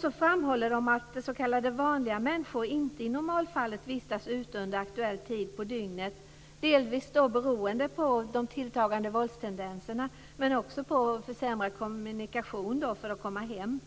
Sedan framhåller man att s.k. vanliga människor inte i normalfallet vistas ute under aktuell tid på dygnet, delvis beroende på de tilltagande våldstendenserna men också på försämrade kommunikationer och svårigheter att komma hem.